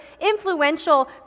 influential